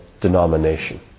denomination